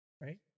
Right